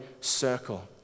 circle